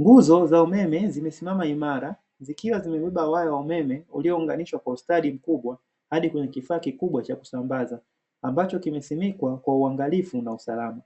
Nguzo za umeme zimesimama imara, zikiwa zimebeba waya wa umeme uliounganishwa kwa ustadi mkubwa, hadi kwenye kifaa kikubwa cha kusambaza, ambacho kimesimikwa kwa uangalifu na usalama.